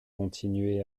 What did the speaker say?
continuer